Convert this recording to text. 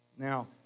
Now